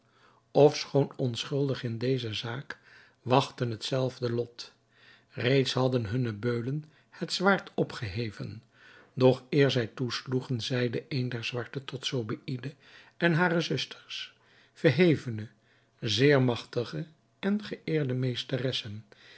ofschoon onschuldig in deze zaak wachtten hetzelfde lot reeds hadden hunne beulen het zwaard opgeheven doch eer zij toesloegen zeide een der zwarten tot zobeïde en hare zusters verhevene zeer magtige en geëerde meesteressen